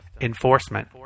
Enforcement